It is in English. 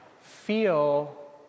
feel